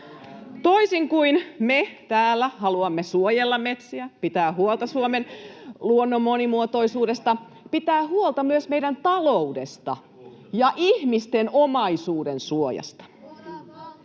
toisin kuin me täällä, jotka haluamme suojella metsiä, pitää huolta Suomen luonnon monimuotoisuudesta ja pitää huolta myös meidän taloudesta ja ihmisten omaisuudensuojasta.